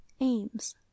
aims